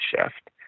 shift